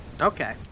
okay